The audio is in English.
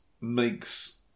makes